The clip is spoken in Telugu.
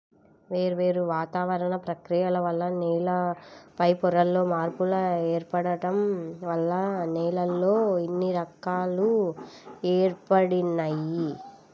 వేర్వేరు వాతావరణ ప్రక్రియల వల్ల నేల పైపొరల్లో మార్పులు ఏర్పడటం వల్ల నేలల్లో ఇన్ని రకాలు ఏర్పడినియ్యి